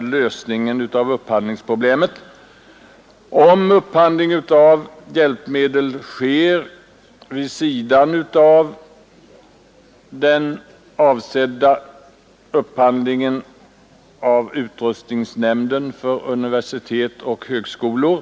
Vi förutsätter att statsbidrag skall kunna utgå även om upphandlingen av handikapphjälpmedel sker vid sidan av den som enligt vad som är avsett skall handhas av utrustningsnämnden för universitet och högskolor.